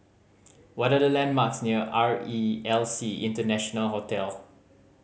what are the landmarks near R E L C International Hotel